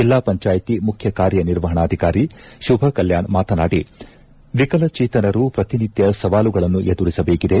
ಜಿಲ್ಲಾ ಪಂಚಾಯಿತಿ ಮುಖ್ಯ ಕಾರ್ಯನಿರ್ವಹಣಾಧಿಕಾರಿ ಶುಭಕಲ್ಕಾಣ್ ಮಾತನಾಡಿ ವಿಕಲಚೇತನರು ಪ್ರತಿನಿತ್ಯ ಸವಾಲುಗಳನ್ನು ಎದುರಿಸಬೇಕಿದೆ